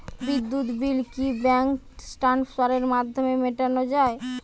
বিদ্যুৎ বিল কি ব্যাঙ্ক ট্রান্সফারের মাধ্যমে মেটানো য়ায়?